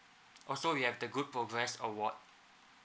also we have the good progress award